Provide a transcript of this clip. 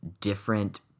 different